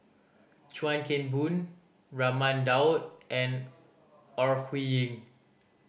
Chuan Keng Boon Raman Daud and Ore Huiying